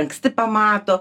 anksti pamato